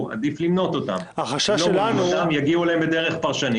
אין מפלים.